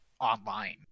online